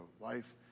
life